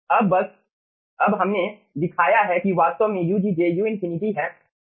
अब बस अब हमने दिखाया है कि वास्तव में ugj यू इनफिनिटी हैं